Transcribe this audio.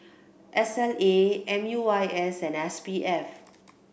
S L A M U I S and S P F